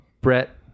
Brett